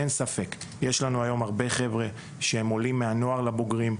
אין ספק שיש היום הרבה חבר'ה שעולים מהנוער לבוגרים,